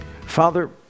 Father